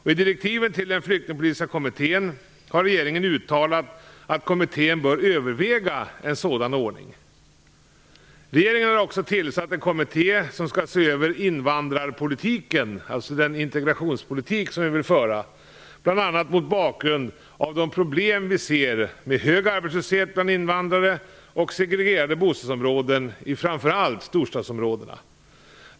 I direktiven till den flyktingpolitiska kommittén har regeringen uttalat att kommittén bör överväga en sådan ordning. Regeringen har också tillsatt en kommitté som skall se över invandrarpolitiken, integrationspolitiken, bl.a. mot bakgrund av de problem vi ser med hög arbetslöshet bland invandrare och med segregerade bostadsområden i framför allt storstadsområdena.